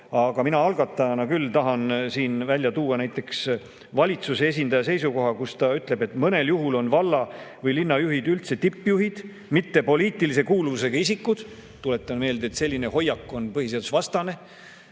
aga mina algatajana küll tahan välja tuua näiteks valitsuse esindaja seisukoha. Ta ütleb, et mõnel juhul on valla‑ või linnajuhid tippjuhid, mitte poliitilise kuuluvusega isikud. Tuletan meelde, et selline hoiak on põhiseadusvastane.